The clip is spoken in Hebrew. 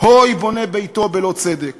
"הוֹי בֹּנה ביתו בלא צדק